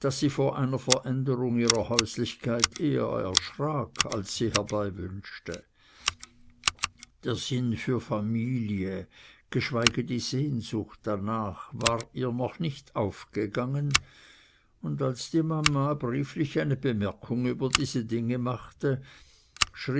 sie vor einer veränderung ihrer häuslichkeit eher erschrak als sie herbeiwünschte der sinn für familie geschweige die sehnsucht danach war ihr noch nicht aufgegangen und als die mama brieflich eine bemerkung über diese dinge machte